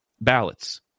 ballots